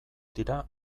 dira